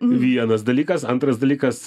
vienas dalykas antras dalykas